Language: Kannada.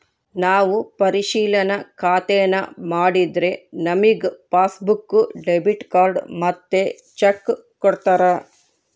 ನಾವು ಪರಿಶಿಲನಾ ಖಾತೇನಾ ಮಾಡಿದ್ರೆ ನಮಿಗೆ ಪಾಸ್ಬುಕ್ಕು, ಡೆಬಿಟ್ ಕಾರ್ಡ್ ಮತ್ತೆ ಚೆಕ್ಕು ಕೊಡ್ತಾರ